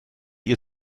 ihr